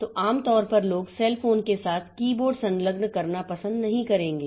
तो आम तौर पर लोग सेल फोन के साथ कीबोर्ड संलग्न करना पसंद नहीं करेंगे